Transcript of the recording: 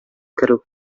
керү